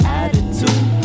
attitude